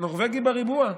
נורבגי בריבוע,